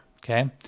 Okay